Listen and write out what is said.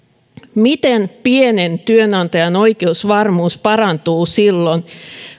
miten pienen työnantajan oikeusvarmuus parantuu silloin